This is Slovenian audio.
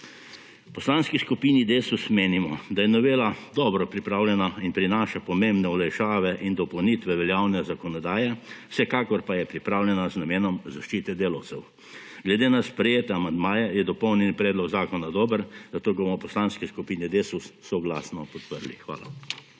V Poslanski skupini Desus menimo, da je novela dobro pripravljena in prinaša pomembne olajšave in dopolnitve veljavne zakonodaje, vsekakor pa je pripravljena z namenom zaščite delavcev. Glede na sprejete amandmaje je dopolnjeni predlog zakona dober, zato ga bomo v Poslanski skupini Desus soglasno podprli. Hvala.